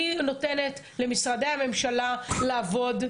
אני נותנת למשרד הממשלה לעבוד,